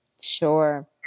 Sure